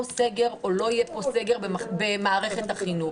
סגר או לא יהיה פה סגר במערכת החינוך.